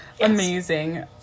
Amazing